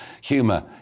humour